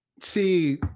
See